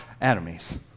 enemies